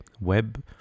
web